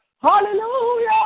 Hallelujah